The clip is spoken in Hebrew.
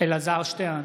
אלעזר שטרן,